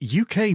UK